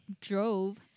drove